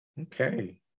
okay